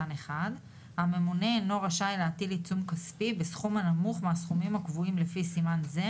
אם הרב המוסמך סבור שניתן לפעול בהתאם לתקן הזה,